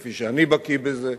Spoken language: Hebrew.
כפי שאני בקי בזה,